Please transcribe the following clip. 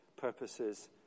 purposes